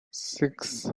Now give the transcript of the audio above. six